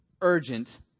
Urgent